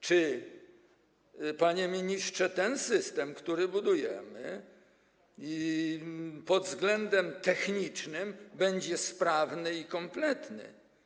Czy, panie ministrze, ten system, który budujemy, pod względem technicznym będzie sprawny i kompletny?